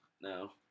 no